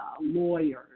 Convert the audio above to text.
lawyers